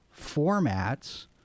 formats